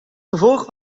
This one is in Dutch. gevolg